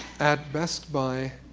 at best buy